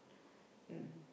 mm